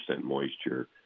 moisture